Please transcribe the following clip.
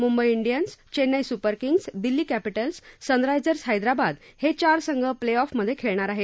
Mumbai Indians Chennai super kings Delhi capitals sunrisers Hyderabad हे चार संघ प्ले ऑफमधे खेळणार आहेत